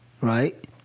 Right